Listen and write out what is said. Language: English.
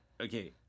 okay